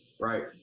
right